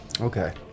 Okay